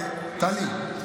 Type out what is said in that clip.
טלי.